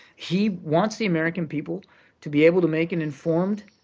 he wants the american people to be able to make an informed,